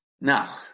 Now